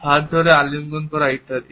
হাত ধরে আলিঙ্গন করা ইত্যাদি